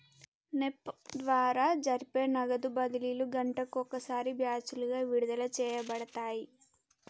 NEFT ద్వారా జరిపే నగదు బదిలీలు గంటకు ఒకసారి బ్యాచులుగా విడుదల చేయబడతాయి